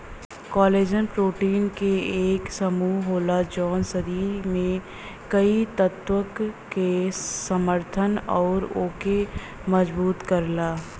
collagen protein क एक समूह होला जौन शरीर में कई ऊतक क समर्थन आउर ओके मजबूत करला